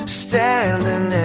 standing